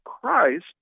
Christ